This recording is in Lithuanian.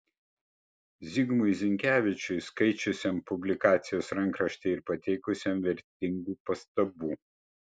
zigmui zinkevičiui skaičiusiam publikacijos rankraštį ir pateikusiam vertingų pastabų